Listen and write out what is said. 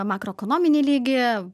makroekonominį lygį